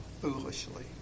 foolishly